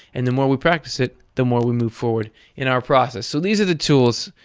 and the more we practice it the more we move forward in our process. so these are the tools,